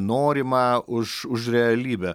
norimą už už realybę